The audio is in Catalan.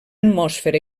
atmosfera